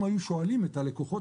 אם היו שואלים את הלקוחות,